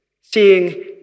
seeing